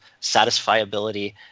satisfiability